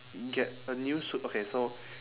get a new sup~ okay so